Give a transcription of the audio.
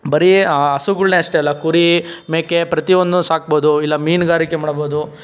ಬರೀ ಹಸುಗಳನ್ನೇ ಅಷ್ಟೇ ಅಲ್ಲ ಕುರಿ ಮೇಕೆ ಪ್ರತಿ ಒಂದು ಸಾಕ್ಬಹುದು ಇಲ್ಲ ಮೀನುಗಾರಿಕೆ ಮಾಡ್ಬಹುದು